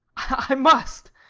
i must.